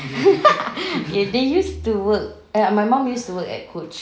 they use to work ya my mum used to work at coach